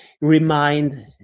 remind